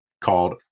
called